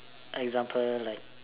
example like